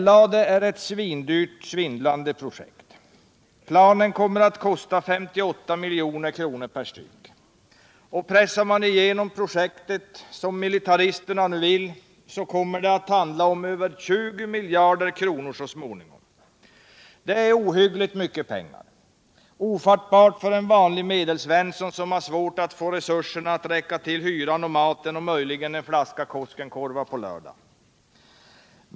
Planen kommer att kosta 58 milj.kr. per styck. Pressar man igenom projektet som militaristerna nu vill, kommer det så småningom att handla om 20 miljarder kronor. Detta är ohyggligt mycket pengar och ofattbart för en vanlig Medelsvensson som har svårt att få resurserna att räcka till hyran och maten och möjligen en flaska Koskenkorva på lördag.